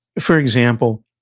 for example,